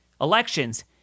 elections